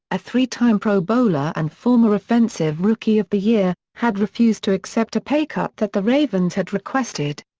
a three-time pro bowler and former offensive rookie of the year, had refused to accept a pay cut that the ravens had requested.